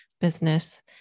business